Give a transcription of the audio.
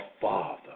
Father